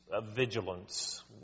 vigilance